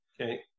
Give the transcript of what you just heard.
okay